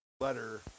letter